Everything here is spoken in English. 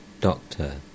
Doctor